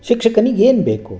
ಶಿಕ್ಷಕನಿಗೇನು ಬೇಕು